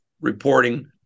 reporting